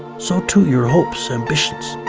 so too your hopes, ambitions,